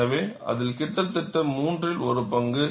எனவே அதில் கிட்டத்தட்ட மூன்றில் ஒரு பங்கு